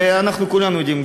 ואנחנו כולנו יודעים,